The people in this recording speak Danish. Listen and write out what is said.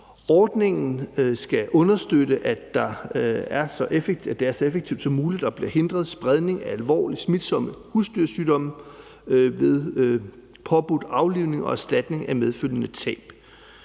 Ordningen skal understøtte, at det er så effektivt som muligt, og at man får hindret spredning af alvorligt smitsomme husdyrsygdomme ved påbudt aflivning og erstatning af medfølgende tab.